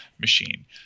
machine